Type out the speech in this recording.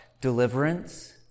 deliverance